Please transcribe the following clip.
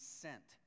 sent